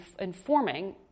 informing